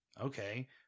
okay